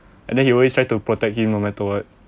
and then he always try to protect him no matter what